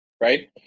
right